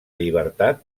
llibertat